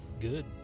good